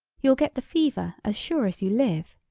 you'll get the fever, as sure as you live.